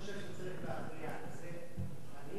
אני חושב שצריך להכריע אם זה חַנין